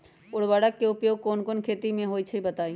उर्वरक के उपयोग कौन कौन खेती मे होई छई बताई?